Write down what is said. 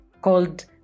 called